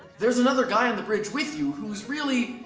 there's another guy on the bridge with you, who's really,